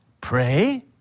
Pray